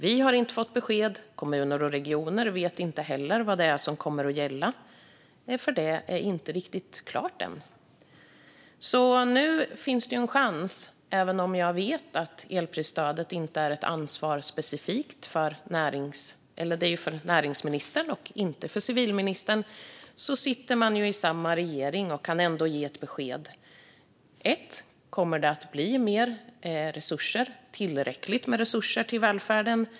Vi har inte fått besked, och kommuner och regioner vet inte heller vad det är som kommer att gälla. Det är nämligen inte riktigt klart än. Även om jag vet att elprisstödet inte är ett ansvar specifikt för civilministern - det är näringsministern som har det ansvaret - sitter man ändå i samma regering. Nu har man en chans att ge besked. Kommer det att bli mer - tillräckligt med - resurser till välfärden?